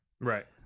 Right